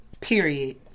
period